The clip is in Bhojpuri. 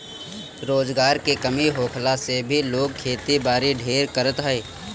रोजगार के कमी होखला से भी लोग खेती बारी ढेर करत हअ